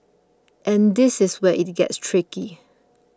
and this is where it gets tricky